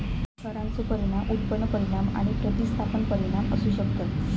करांचो परिणाम उत्पन्न परिणाम आणि प्रतिस्थापन परिणाम असू शकतत